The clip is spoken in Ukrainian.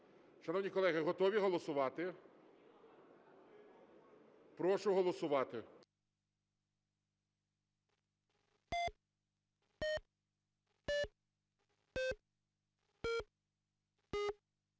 Шановні колеги, готові голосувати? Прошу голосувати.